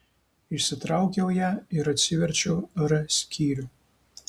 išsitraukiau ją ir atsiverčiau r skyrių